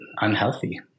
unhealthy